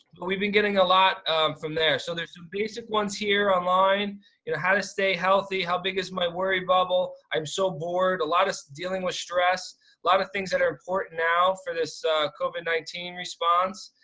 but we've been getting a lot from there. so there's some basic ones here online. you know how to stay healthy, how big is my worry bubble? i'm so bored, a lot of us dealing with stress. a lot of things that are important now for this covid nineteen response.